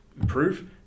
improve